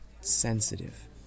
sensitive